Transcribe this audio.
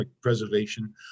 preservation